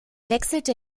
wechselte